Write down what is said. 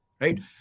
Right